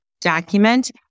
document